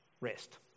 rest